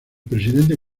presidente